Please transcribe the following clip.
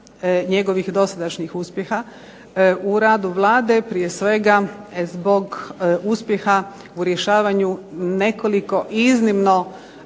njegovih dosadašnjih uspjeha u radu Vlade, prije svega zbog uspjeha u rješavanju nekoliko iznimno